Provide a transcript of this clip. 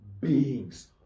beings